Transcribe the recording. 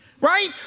right